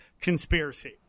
conspiracy